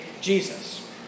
Jesus